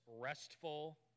restful